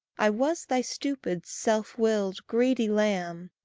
i was thy stupid, self-willed, greedy lamb,